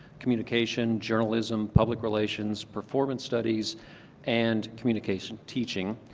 communication, journalism, public relations, performance studies and communication teaching.